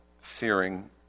fearing